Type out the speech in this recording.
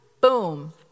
Boom